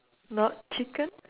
not chicken